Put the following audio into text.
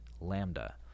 Lambda